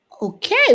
Okay